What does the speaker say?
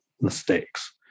mistakes